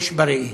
יש בראי.